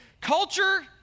Culture